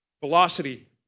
Velocity